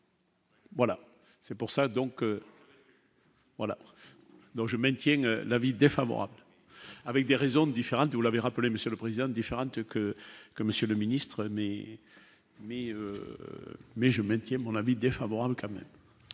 donc. Pour la. Donc je maintienne l'avis défavorable, avec des raisons différentes, vous l'avez rappelé monsieur le président, différente que que monsieur le ministre, mais mais mais je maintiens mon avis défavorable Camus.